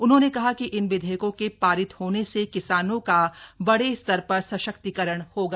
उन्होंने कहा कि इन विधेयकों के पारित होने से किसानों का बड़े स्तर पर सशक्तिकरण होगा